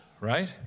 right